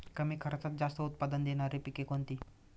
कमी खर्चात जास्त उत्पाद देणारी पिके कोणती?